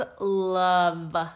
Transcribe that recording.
love